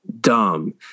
dumb